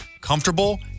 comfortable